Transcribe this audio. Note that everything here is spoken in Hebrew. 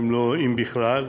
אם בכלל,